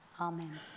Amen